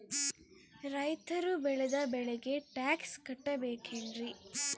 ರೈತರು ಬೆಳೆದ ಬೆಳೆಗೆ ಟ್ಯಾಕ್ಸ್ ಕಟ್ಟಬೇಕೆನ್ರಿ?